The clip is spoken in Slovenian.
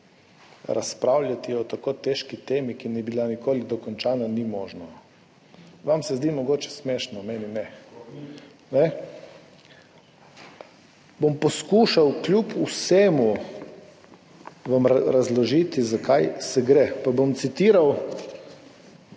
razpravljati o tako težki temi, ki ni bila nikoli dokončana, ni možno. Vam se zdi mogoče smešno, meni ne. Bom vam poskušal kljub vsemu razložiti, za kaj gre, pa bom citiral